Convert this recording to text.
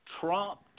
Trump